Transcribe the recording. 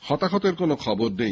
হতাহতের কোনও খবর নেই